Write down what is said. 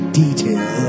detail